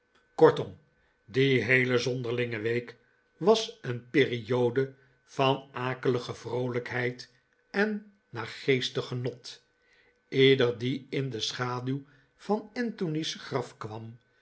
kortom die heele zonderlinge week was een periode van akelige vroolijkheid en naargeestig genot ieder die in de schaduw van anthony's graf kwam